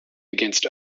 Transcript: against